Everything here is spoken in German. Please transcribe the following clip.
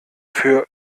für